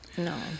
no